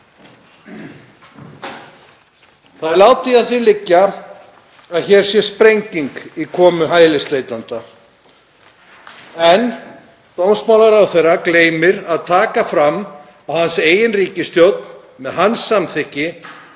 Það er látið að því liggja að hér sé sprenging í komu hælisleitenda en dómsmálaráðherra gleymir að taka fram að hans eigin ríkisstjórn, með hans samþykki,